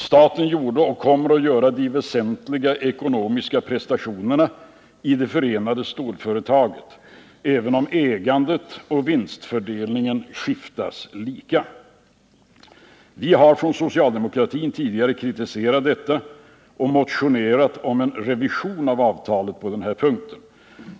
Staten gjorde och kommer att göra de väsentliga ekonomiska prestationerna i det förenade stålföretaget, även om ägandet och vinsten skiftas lika. Vi har från socialdemokratin tidigare kritiserat detta och motionerat om en revision av avtalet på den punkten.